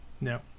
No